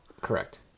Correct